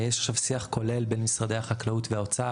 יש עכשיו שיח כולל בין משרדי החקלאות והאוצר,